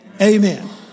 amen